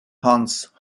hans